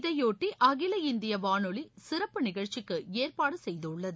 இதையொட்டிஅகில இந்தியவானொலிசிறப்பு நிகழ்ச்சிக்குஏற்பாடுசெய்துள்ளது